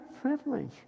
privilege